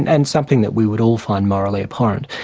and and something that we would all find morally abhorrent.